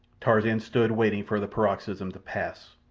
tarzan stood waiting for the paroxysm to pass.